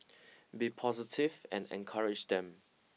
be positive and encourage them